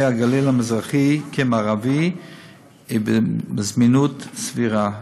הגליל המזרחי כבמערבי ובזמינות סבירה.